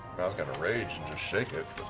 i was going to rage and shake it,